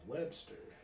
Webster